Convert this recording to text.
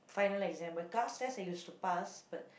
final exams my class test I used to pass but